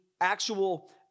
actual